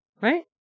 Right